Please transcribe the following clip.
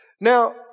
Now